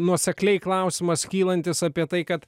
nuosekliai klausimas kylantis apie tai kad